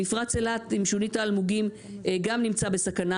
מפרץ אילת, עם שונית האלמוגים, גם נמצא בסכנה.